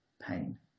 pain